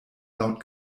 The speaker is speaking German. laut